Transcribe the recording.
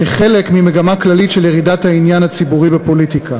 כחלק ממגמה כללית של ירידת העניין הציבורי בפוליטיקה.